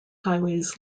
highways